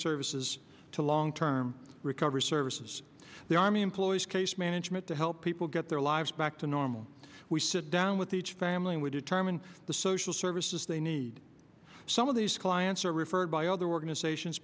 services to long term recovery services the army employs case management to help people get their lives back to normal we sit down with each family would determine the social services they need some of these clients are referred by other organizations